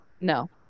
No